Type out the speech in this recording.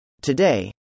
Today